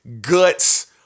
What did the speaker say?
guts